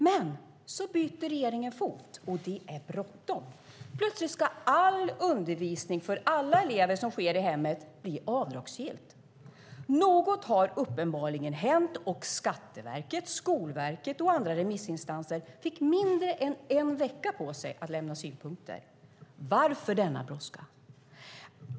Men så byter regeringen fot, och det är bråttom. Plötsligt ska all undervisning för alla elever som sker i hemmet bli avdragsgill. Något har uppenbarligen hänt, och Skatteverket, Skolverket och andra remissinstanser fick mindre än en vecka på sig att lämna synpunkter. Varför denna brådska?